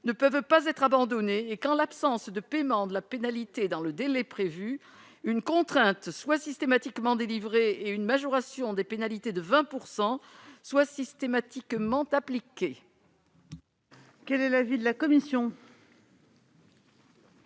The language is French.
ne peuvent pas être abandonnées et qu'en l'absence de paiement de la pénalité dans le délai prévu, une contrainte soit systématiquement délivrée et une majoration des pénalités de 20 % soit systématiquement appliquée.